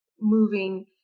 moving